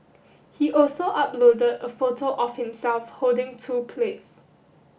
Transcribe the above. he also uploaded a photo of himself holding two plates